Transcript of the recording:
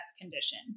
condition